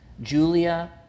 Julia